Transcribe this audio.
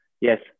yes